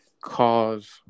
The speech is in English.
cause